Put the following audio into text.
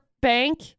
bank